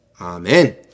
Amen